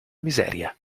miseria